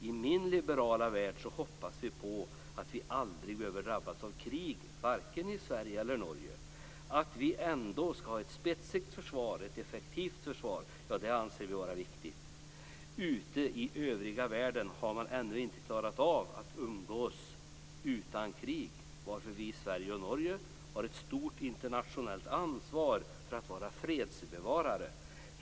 I min liberala värld hoppas vi att vi aldrig behöver drabbas av krig, varken i Sverige eller Norge. Att vi ändå skall ha ett spetsigt och effektivt försvar anser vi vara viktigt. Ute i övriga världen har man ännu inte klarat av att umgås utan krig, varför vi i Sverige och Norge har ett stort internationellt ansvar att vara fredsbevarare.